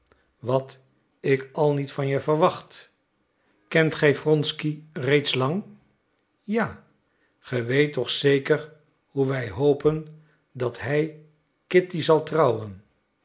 wat ik al niet van je verwacht kent gij wronsky reeds lang ja ge weet toch zeker hoe wij hopen dat hij kitty zal trouwen